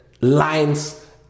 lines